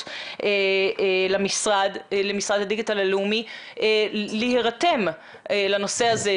למשרד הדיגיטל הלאומי להירתם לנושא הזה,